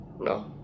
no